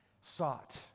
sought